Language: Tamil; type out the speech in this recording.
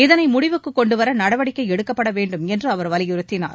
இதனை முடிவுக்குக் கொண்டுவர நடவடிக்கை எடுக்கப்பட வேண்டும் என்று அவர் வலியுறுத்தினார்